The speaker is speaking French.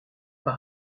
par